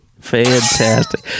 Fantastic